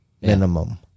Minimum